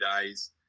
days